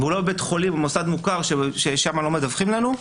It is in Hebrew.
והוא לא בבית חולים או במוסד מוכר ששם לא מדווחים לנו,